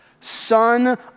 son